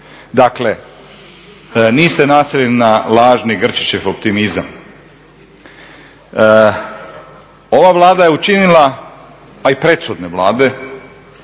Dakle niste nasjeli na lažni Grčićev optimizam. Ova Vlada je učinila, a i prethodne vlade